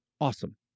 awesome